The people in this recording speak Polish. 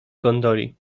gondoli